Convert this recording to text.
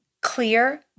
clear